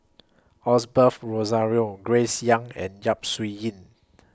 Osbert Rozario Grace Young and Yap Su Yin